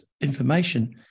information